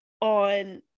on